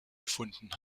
gefunden